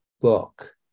book